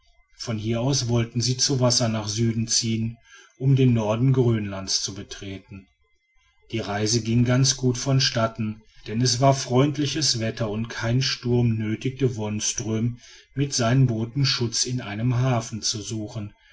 von hier aus wollten sie zu wasser nach süden ziehen um den norden grönlands zu betreten die reise ging ganz gut von statten denn es war freundliches wetter und kein sturm nötigte wonström mit seinen booten schutz in einem hafen zu suchen